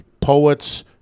poets